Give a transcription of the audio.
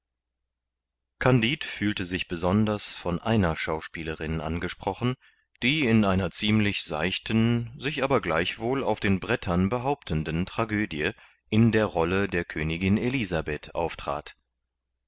kandid fühlte sich besonders von einer schauspielerin angesprochen die in einer ziemlich seichten sich aber gleichwohl auf den bretern behauptenden tragödie in der rolle der königin elisabeth auftrat